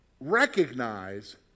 recognize